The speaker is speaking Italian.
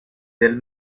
del